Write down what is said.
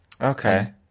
Okay